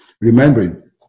remembering